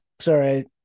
Sorry